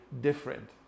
different